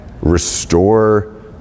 restore